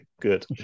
Good